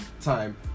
time